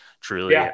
Truly